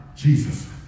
Jesus